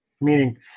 meaning